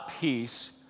peace